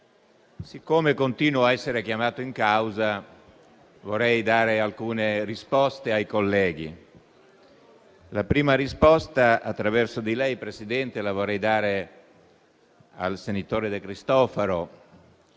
siccome continuo a essere chiamato in causa, vorrei dare alcune risposte ai colleghi. La prima risposta, attraverso lei, Presidente, vorrei darla al senatore De Cristofaro.